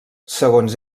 segons